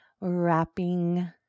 wrapping